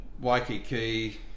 Waikiki